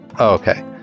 okay